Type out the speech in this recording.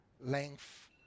length